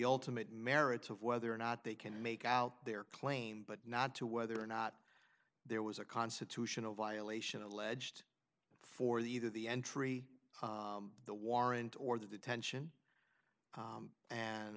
ultimate merits of whether or not they can make out their claim but not to whether or not there was a constitutional violation alleged for the either the entry the warrant or the detention